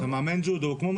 גם מאמן ג'ודו.